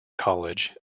college